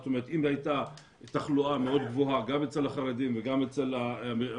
זאת אומרת אם הייתה תחלואה מאוד גבוהה גם אצל החרדים וגם אצל המגזר